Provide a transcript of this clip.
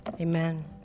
amen